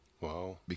Wow